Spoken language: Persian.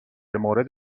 مورد